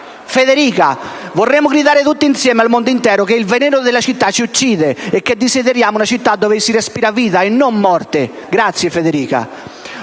Federica: «Vorremmo gridare tutti insieme al mondo intero che il veleno della città ci uccide e che desideriamo una città dove si respira vita, non morte. Grazie, Federica».